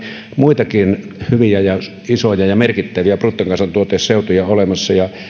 muitakin hyviä ja isoja ja merkittäviä bruttokansantuoteseutuja olemassa